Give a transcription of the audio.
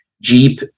Jeep